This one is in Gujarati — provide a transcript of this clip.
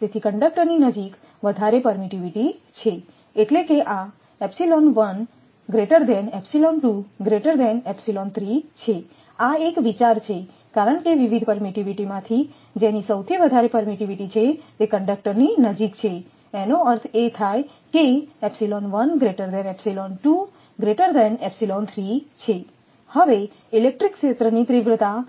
તેથી કંડક્ટરની નજીક વધારે પરમિટિવીટી છે એટલે કે આ એક વિચાર છે કારણ કે વિવિધ પરમિટિવીટી માંથી જેની સૌથી વધારે પરમિટિવીટી છે તે કંડક્ટરની નજીક છે એનો અર્થ એ થાય કે છે હવે ઇલેક્ટ્રિક ક્ષેત્રની તીવ્રતા